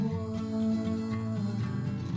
one